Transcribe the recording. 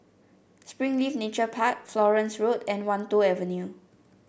Springleaf Nature Park Florence Road and Wan Tho Avenue